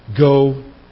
Go